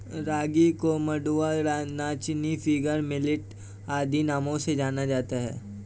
रागी को मंडुआ नाचनी फिंगर मिलेट आदि नामों से जाना जाता है